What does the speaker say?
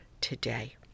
today